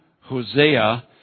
Hosea